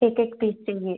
एक एक पीस चाहिए